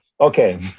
okay